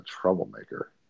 troublemaker